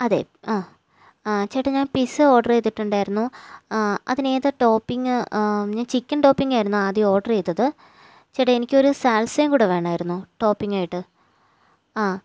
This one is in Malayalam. അതെ ആ ആ ചേട്ടാ ഞാന് പിസ്സ ഓര്ഡറ് ചെയ്തിട്ടുണ്ടായിരുന്നു ആ അതിന് ഏതാ ടോപ്പിംഗ് ഞാന് ചിക്കന് ടോപ്പിംഗായിരുന്നു ആദ്യം ഓര്ഡറ് ചെയ്തത് ചേട്ടാ എനിക്കൊര് സാൽസയും കൂടെ വേണമായിരുന്നു ടോപ്പിംഗായിട്ട് ആ